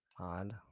odd